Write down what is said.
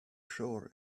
sure